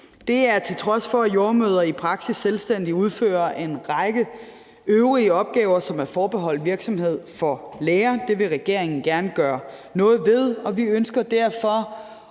Det er, til trods for at jordemødre i praksis selvstændigt udfører en række øvrige opgaver, som er forbeholdt virksomhed for læger. Det vil regeringen gerne gøre noget ved, og vi ønsker derfor